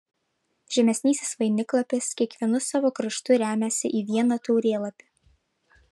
žemesnysis vainiklapis kiekvienu savo kraštu remiasi į vieną taurėlapį